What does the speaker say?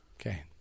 Okay